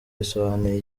bisobanuye